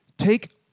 Take